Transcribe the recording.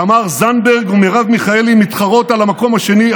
תמר זנדברג ומרב מיכאלי מתחרות על המקום השני,